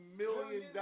million